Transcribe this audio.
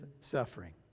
suffering